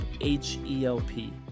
H-E-L-P